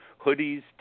hoodies